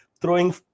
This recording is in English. throwing